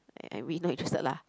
I really not interested lah